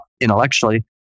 intellectually